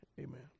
amen